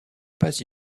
pas